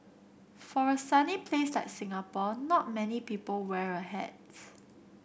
for a sunny place like Singapore not many people wear a hats